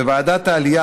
בוועדת העלייה,